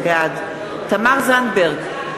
בעד תמר זנדברג,